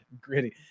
Gritty